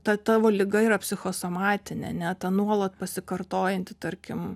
ta tavo liga yra psichosomatinė ane ta nuolat pasikartojanti tarkim